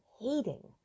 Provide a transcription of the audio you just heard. hating